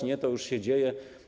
Nie, to już się dzieje.